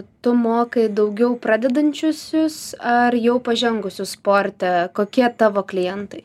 tu mokai daugiau pradedančiuosius ar jau pažengusius sporte kokie tavo klientai